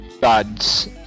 gods